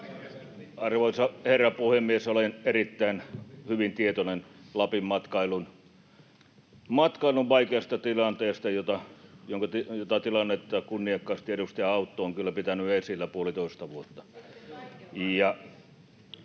Arvoisa herra puhemies! Olen erittäin hyvin tietoinen Lapin matkailun vaikeasta tilanteesta, jota kunniakkaasti edustaja Autto on kyllä pitänyt esillä puolitoista vuotta.